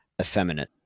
effeminate